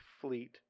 fleet